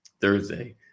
Thursday